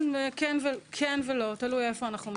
כן ולא, תלוי איפה אנחנו ---.